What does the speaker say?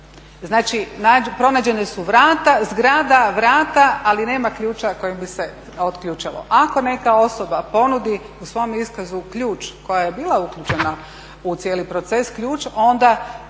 Znači, pronađena su vrata, zgrada, vrata, ali nema ključa kojim bi se otključalo. Ako neka osoba ponudi u svom iskazu ključ koja je bila uključena u cijeli proces, ključ,